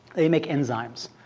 they make enzymes,